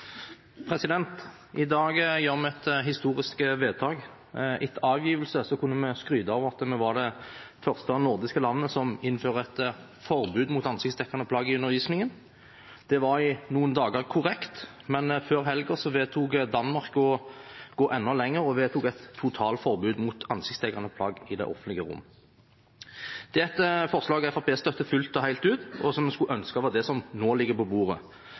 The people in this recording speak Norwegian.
I dag gjør vi et historisk vedtak. Etter avgivelse kunne vi skryte av at vi var det første nordiske landet som innfører et forbud mot ansiktsdekkende plagg i undervisningen. Det var i noen dager korrekt, men før helgen valgte Danmark å gå enda lenger og vedtok et totalt forbud mot ansiktsdekkende plagg i det offentlige rom. Det er et forslag Fremskrittspartiet støtter fullt og helt, og som vi skulle ønske var det som nå ligger på bordet.